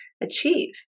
achieve